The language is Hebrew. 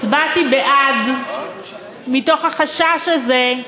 הצבעתי בעד, מתוך החשש הזה,